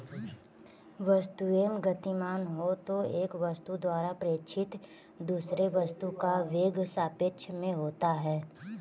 वस्तुएं गतिमान हो तो एक वस्तु द्वारा प्रेक्षित दूसरे वस्तु का वेग सापेक्ष में होता है